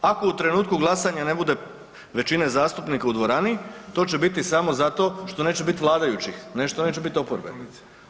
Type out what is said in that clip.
Ako u trenutku glasanja ne bude većine zastupnika u dvorani to će biti samo zato što neće biti vladajućih, ne što neće biti oporbe.